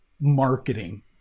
marketing